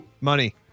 Money